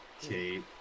Kate